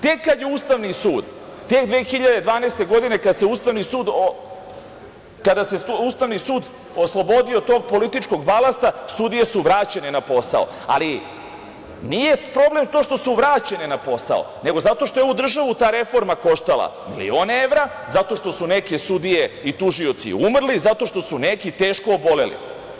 Tek kada je Ustavni sud te 2012. godine, kad se Ustavni sud oslobodio tog političkog balasta sudije su vraćene na posao, ali nije problem to što su vraćene na posao, nego zato što je ovu državu ta reforma koštala milione evra, zato što su neke sudije i tužioci umrli, zato što su neki teško oboleli.